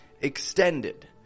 extended